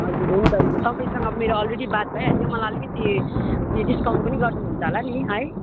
हजुर हुन्छ हुन्छ तपाईँसँग मेरो अलरेडी बात भइहाल्यो मलाई अलिकति उयो डिस्काउन्ट पनि गरिदिनु हुन्छ होला नि है